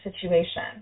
situation